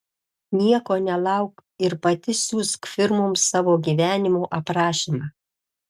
nieko nelauk ir pati siųsk firmoms savo gyvenimo aprašymą